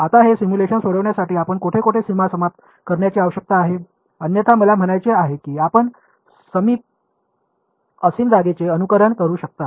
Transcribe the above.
आता हे सिमुलेशन सोडविण्यासाठी आपण कोठे कोठे सीमा समाप्त करण्याची आवश्यकता आहे अन्यथा मला म्हणायचे आहे की आपण असीम जागेचे अनुकरण करू शकता